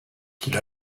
qu’il